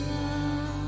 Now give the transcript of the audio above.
love